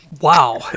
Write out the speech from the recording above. Wow